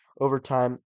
overtime